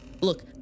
Look